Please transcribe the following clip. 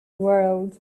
world